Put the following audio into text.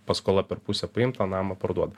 paskola per pusę paimta namą parduoda